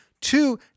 Two